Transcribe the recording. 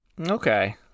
Okay